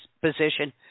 position